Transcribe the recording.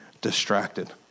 distracted